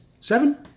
seven